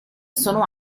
sono